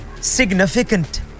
Significant